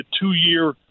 two-year